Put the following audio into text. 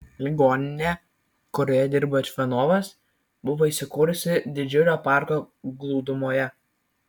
ligoninė kurioje dirbo čvanovas buvo įsikūrusi didžiulio parko glūdumoje